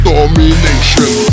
Domination